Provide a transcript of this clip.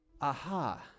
aha